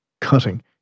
cutting